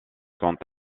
quant